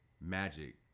Magic